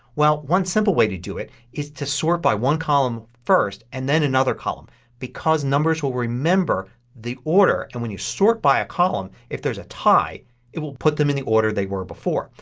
well, one simple way to do it is to sort by one column first and then another column because numbers will remember the order. and when you sort by a column if there's a tie it will put them in the order they were before.